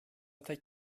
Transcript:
tek